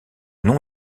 nom